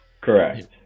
correct